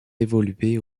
évoluer